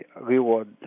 reward